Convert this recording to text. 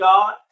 God